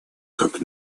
как